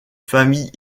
famille